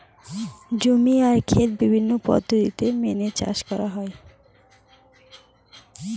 জমি আর খেত বিভিন্ন পদ্ধতি মেনে চাষ করা হয়